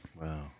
wow